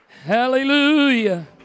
Hallelujah